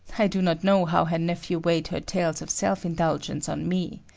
i do not know how her nephew weighed her tales of self-indulgence on me.